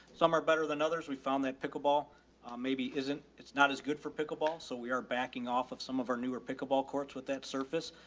some are better than others. we found that pickle ball maybe isn't, it's not as good for pickle ball. so we are backing off of some of our newer pickleball courts with that surface.